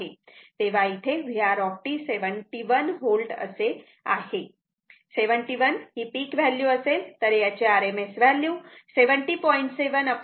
तेव्हा इथे vr 71 V असे आहे 71 ही पिक व्हॅल्यू असेल तर याची RMS व्हॅल्यू 70